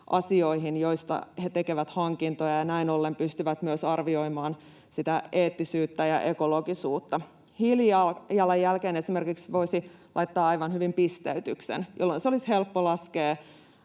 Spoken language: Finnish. joista he tekevät hankintoja, ja näin ollen he pystyvät myös arvioimaan sitä eettisyyttä ja ekologisuutta. Hiilijalanjälkeen esimerkiksi voisi laittaa aivan hyvin pisteytyksen, jolloin se olisi helppo laskea